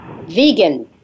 vegan